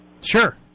Sure